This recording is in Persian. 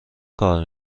کار